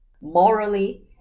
morally